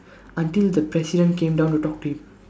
until the president came down to talk to him